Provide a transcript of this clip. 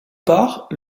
part